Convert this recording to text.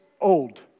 old